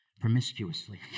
promiscuously